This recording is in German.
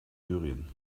syrien